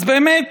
אז באמת,